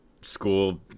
school